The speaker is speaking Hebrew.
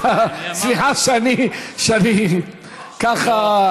סליחה שאני ככה,